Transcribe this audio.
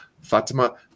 Fatima